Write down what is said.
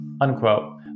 unquote